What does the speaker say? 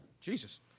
Jesus